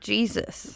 Jesus